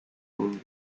mundo